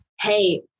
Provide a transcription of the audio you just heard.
hey